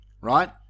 right